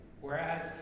whereas